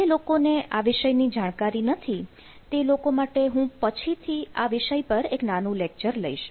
જે લોકો ને આ વિષયની જાણકારી નથી તે લોકો માટે હું પછીથી આ વિષય પર એક નાનું લેક્ચર લઈશ